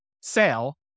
sale